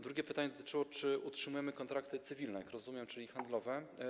Drugie pytanie dotyczyło tego, czy utrzymujemy kontrakty cywilne, jak rozumiem, czyli handlowe.